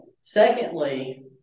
Secondly